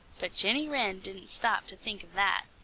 but jenny wren didn't stop to think of that.